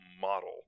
model